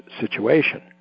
situation